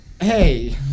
Hey